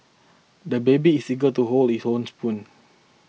the baby is eager to hold his own spoon